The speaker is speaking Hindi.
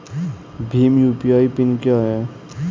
भीम यू.पी.आई पिन क्या है?